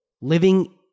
Living